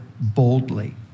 boldly